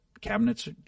cabinets